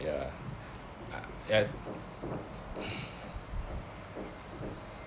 ya ah ya